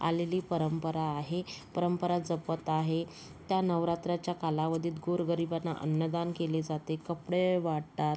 आलेली परंपरा आहे परंपरा जपत आहे त्या नवरात्राच्या कालावधीत गोरगरिबांना अन्नदान केले जाते कपडे वाटतात